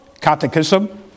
Catechism